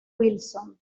wilson